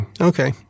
Okay